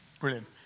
Brilliant